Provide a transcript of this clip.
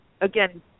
again